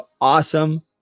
awesome